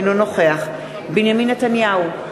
אינו נוכח בנימין נתניהו,